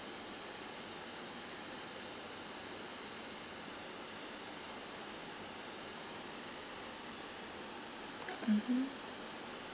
mmhmm